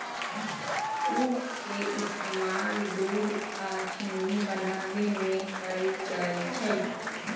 उख के इस्तेमाल गुड़ आ चिन्नी बनावे में कएल जाई छई